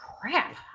crap